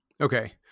Okay